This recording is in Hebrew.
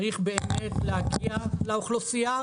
צריך להגיע לאוכלוסייה.